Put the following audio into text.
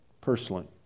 personally